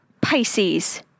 Pisces